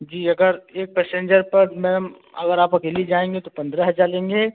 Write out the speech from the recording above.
जी अगर एक पैसेंजर पर मैम अगर आप अकेली जाएँगी तो पंद्रह हज़ार लेंगे